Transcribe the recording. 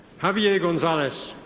javier gonzales.